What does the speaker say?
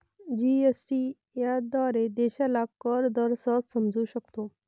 GST याद्वारे देशाला कर दर सहज समजू शकतो